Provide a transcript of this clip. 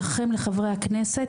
לכם לחברי הכנסת,